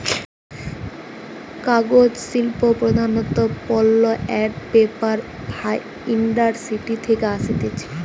কাগজ শিল্প প্রধানত পাল্প আন্ড পেপার ইন্ডাস্ট্রি থেকে আসতিছে